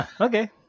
Okay